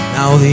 Now